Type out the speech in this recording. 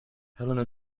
helena